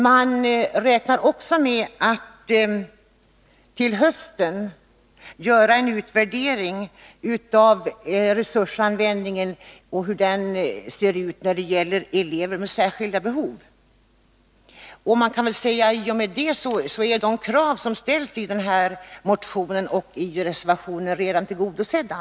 Man räknar också med att till hösten göra en utvärdering av resursanvändningen, speciellt när det gäller elever med särskilda behov. I och med detta är de krav som ställs i motionen och i denna reservation redan tillgodosedda.